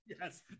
yes